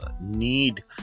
need